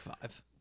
five